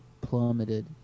plummeted